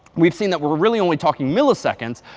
we've seen that we're really only talking milliseconds,